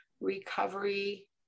recovery